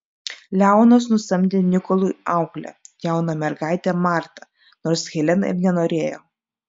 leonas nusamdė nikolui auklę jauną mergaitę martą nors helena ir nenorėjo